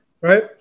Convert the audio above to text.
Right